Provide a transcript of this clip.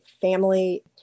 family